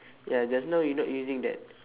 ya just now you not using that